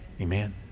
Amen